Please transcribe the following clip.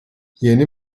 yeni